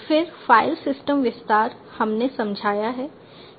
फिर file system विस्तार हमने समझाया है